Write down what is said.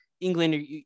England